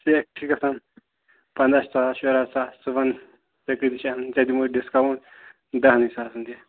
سٮ۪کھ چھِ گژھان پنٛداہ ساس شُراہ ساس ژٕ وَن ژےٚ کۭتِس چھےٚ اَنٕنۍ ژےٚ دِمہو ڈِسکاوُنٛٹ دَہنٕے ساسَن دِ